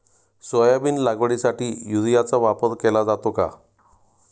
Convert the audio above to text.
Soybean लागवडीसाठी युरियाचा वापर केला जातो का?